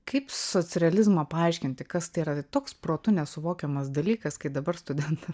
kaip socrealizmą paaiškinti kas tai yra toks protu nesuvokiamas dalykas kai dabar studentas